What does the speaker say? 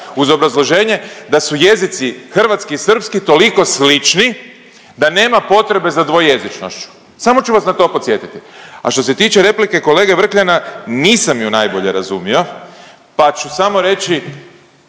uz obrazloženje da su jezici hrvatski i srpski toliko slični da nema potrebe za dvojezičnošću. Samo ću vas na to podsjetiti. A što se tiče replike kolege Vrkljana nisam je najbolje razumio, pa ću samo reći